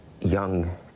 young